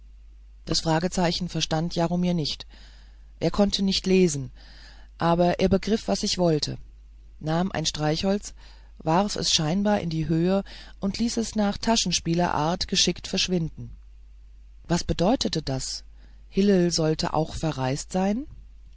das fragezeichen verstand jaromir nicht er konnte nicht lesen aber er begriff was ich wollte nahm ein streichholz warf es scheinbar in die höhe und ließ es nach taschenspielerart geschickt verschwinden was bedeutete das hillel sollte auch verreist sein